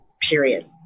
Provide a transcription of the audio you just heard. period